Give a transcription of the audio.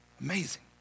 Amazing